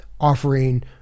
offering